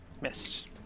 missed